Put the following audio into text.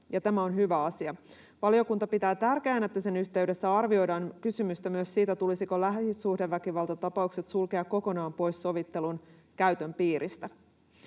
tämä on hyvä asia. Valiokunta pitää tärkeänä, että sen yhteydessä arvioidaan kysymystä myös siitä, tulisiko lähisuhdeväkivaltatapaukset sulkea kokonaan pois sovittelun käytön piiristä.